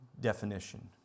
definition